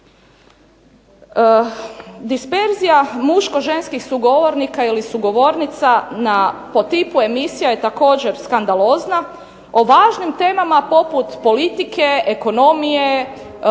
Disperzija muško ženskih sugovornika ili sugovornica po tipu emisija je također skandalozna. O važnim temama poput politike, ekonomije